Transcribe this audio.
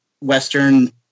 western